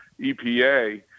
EPA